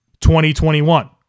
2021